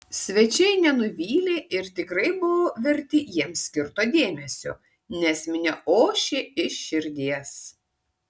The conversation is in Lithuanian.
svečiai nenuvylė ir tikrai buvo verti jiems skirto dėmesio nes minia ošė iš širdies